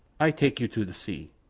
ay take you to the sea,